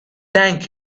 thank